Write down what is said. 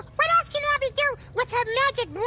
what else can abby do with her magic